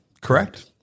Correct